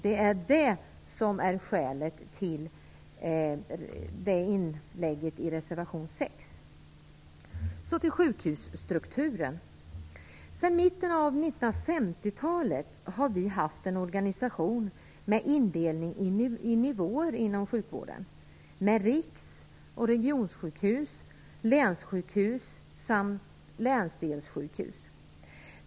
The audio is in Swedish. Det är detta som är skälet till inlägget i reservation nr 6. Så till sjukhusstrukturen. Sedan mitten av 1950 talet har vi haft en organisation med indelning i nivåer inom sjukvården med riks och regionsjukhus, länssjukhus samt länsdelssjukhus.